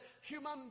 human